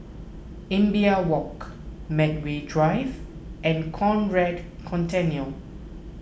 Imbiah Walk Medway Drive and Conrad Centennial